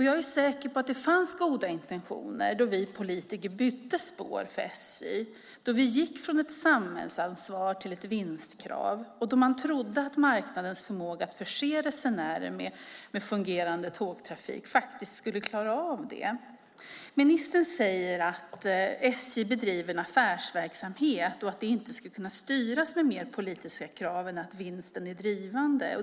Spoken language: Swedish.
Jag är säker på att det fanns goda intentioner när vi politiker bytte spår för SJ och gick från ett samhällsansvar till ett vinstkrav. Man trodde på marknadens förmåga att förse resenärer med fungerande tågtrafik. Ministern säger att SJ bedriver en affärsverksamhet och att det inte ska styras med fler politiska krav än att vinsten är drivande.